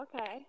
okay